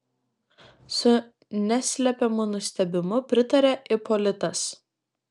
su neslepiamu nustebimu pritarė ipolitas